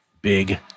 Big